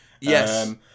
Yes